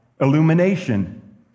illumination